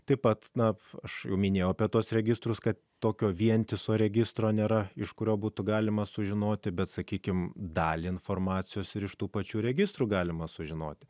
taip pat na aš jau minėjau apie tuos registrus kad tokio vientiso registro nėra iš kurio būtų galima sužinoti bet sakykime dalį informacijos ir iš tų pačių registrų galima sužinoti